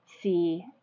see